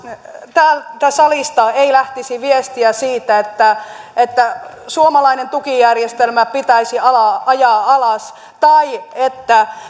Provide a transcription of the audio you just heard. täältä salista ei lähtisi viestiä siitä että että suomalainen tukijärjestelmä pitäisi ajaa alas tai että